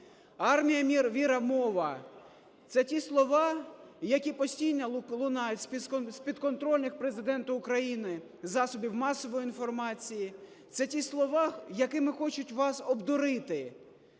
"Армія. Віра. Мова" – це ті слова, які постійно лунають з підконтрольних Президенту України засобів масової інформації. Це ті слова, якими хочуть вас обдурити.